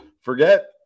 Forget